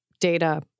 data